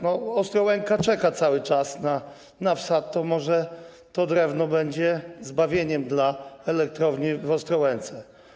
No, Ostrołęka czeka cały czas na wsad, to może to drewno będzie zbawieniem dla elektrowni w Ostrołęce.